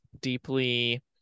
deeply